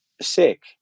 sick